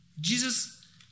Jesus